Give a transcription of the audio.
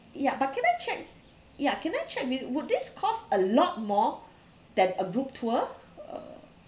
ya but can I check yeah can I check will would this cost a lot more than a group tour uh